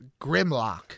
grimlock